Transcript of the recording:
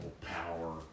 power